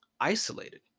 isolated